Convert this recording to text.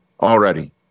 Already